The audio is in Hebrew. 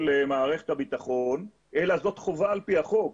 מערכת הביטחון אלא זאת חובה על פי החוק.